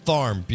Farm